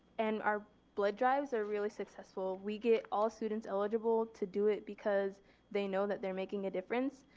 and our blood drives are really successful. we get all students eligible to do it because they know that they're making a difference.